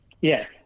Yes